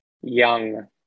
Young